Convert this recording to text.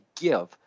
give